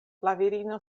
virino